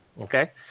okay